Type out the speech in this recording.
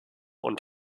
und